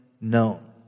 known